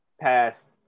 past